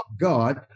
God